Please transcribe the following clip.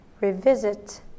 revisit